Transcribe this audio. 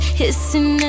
hissing